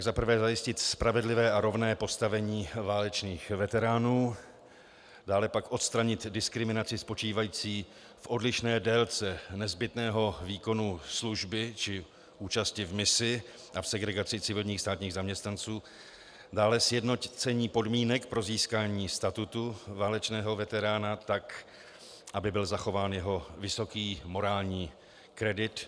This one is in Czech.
Za prvé zajistit spravedlivé a rovné postavení válečných veteránů, dále pak odstranit diskriminaci spočívající v odlišné délce nezbytného výkonu služby či účasti v misi a v segregaci civilních státních zaměstnanců, dále sjednocení podmínek pro získání statutu válečného veterána tak, aby byl zachován jeho vysoký morální kredit.